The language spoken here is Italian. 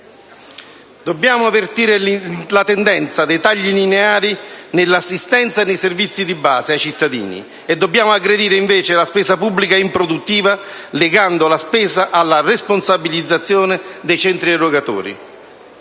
Dobbiamo invertire la tendenza dei tagli lineari nell'assistenza e nei servizi di base ai cittadini e dobbiamo aggredire, invece, la spesa pubblica improduttiva, legando la spesa alla responsabilizzazione dei centri erogatori.